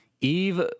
Eve